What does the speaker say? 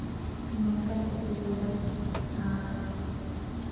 ᱱᱚᱝᱠᱟᱱ ᱚᱥᱩᱵᱤᱫᱟ ᱟᱨ